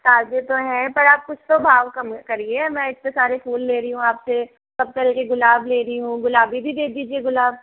ताजे तो है पर आप कुछ तो भाव कम करिए मैं इतने सारे फूल ले रही हूँ आपसे सब तरह के गुलाब ले रही हूँ गुलाबी भी दे दीजिए गुलाब